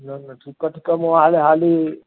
न न ठीकु आहे ठीकु आहे पोइ हाल हाली